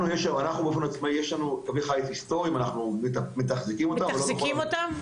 יש לנו קווי חיץ היסטוריים ואנחנו מתחזקים אותם.